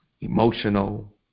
emotional